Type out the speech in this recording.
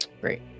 great